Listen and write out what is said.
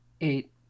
Eight